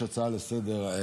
יש הצעה לסדר-היום,